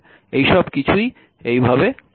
এই সব কিছুই এই ভাবে করা হয়